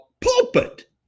pulpit